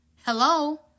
Hello